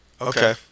Okay